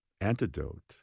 antidote